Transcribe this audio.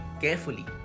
carefully